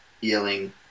yelling